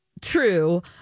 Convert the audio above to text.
true